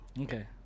okay